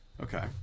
Okay